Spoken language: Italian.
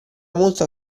molta